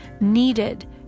needed